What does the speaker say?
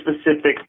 specific